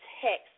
text